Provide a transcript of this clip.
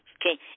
Okay